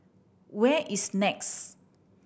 where is NEX